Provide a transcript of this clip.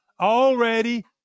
already